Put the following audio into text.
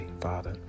Father